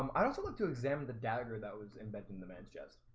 um i don't so like to examine the dagger that was inventing the man's chest